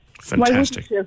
Fantastic